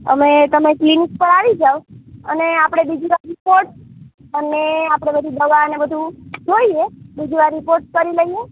અને તમે ક્લિનિક પર આવી જાવ અને આપણે બીજા રીપોર્ટ અને આપણે બધી દવાને બધું જોઈએ બીજી વાર રીપોર્ટ કરી લઈએ